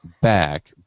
back